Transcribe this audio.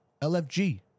lfg